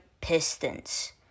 Pistons